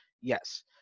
Yes